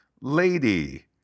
Lady